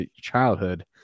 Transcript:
childhood